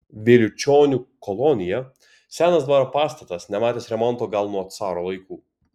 vėliučionių kolonija senas dvaro pastatas nematęs remonto gal nuo caro laikų